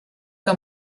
que